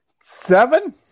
Seven